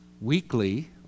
weekly